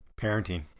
Parenting